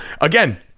again